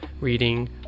reading